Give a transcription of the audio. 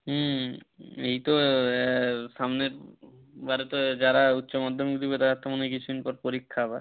হুম এই তো সামনের বারেতে যারা উচ্চমাধ্যমিক দেবে তাদের তো মনে হয় কিছু দিন পর পরীক্ষা আবার